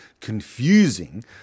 Confusing